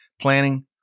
Planning